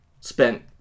spent